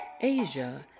Asia